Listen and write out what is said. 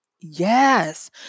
Yes